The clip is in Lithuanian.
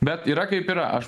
bet yra kaip yra aš